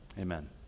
Amen